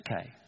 okay